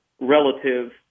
relative